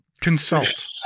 consult